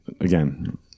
again